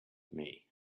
may